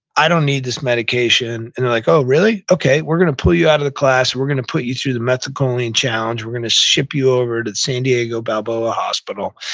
i don't need this medication, and they're like, oh, really? okay. we're going to pull you out of the class, we're going to put you through the methacholine challenge. we're going to ship you over to san diego balboa hospital,